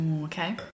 Okay